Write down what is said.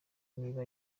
niba